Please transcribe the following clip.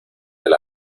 del